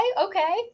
okay